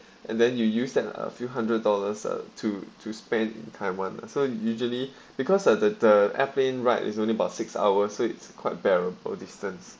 and then you use that a few hundred dollars uh to to spend in taiwan lah so usually because uh the airplane right is only about six hours it's quite bearable distance